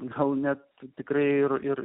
gal net tikrai ir ir